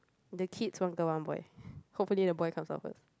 the kids one girl one boy hopefully the boy comes out first